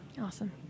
Awesome